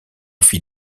fit